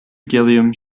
gilliam